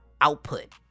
output